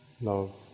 love